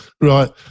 Right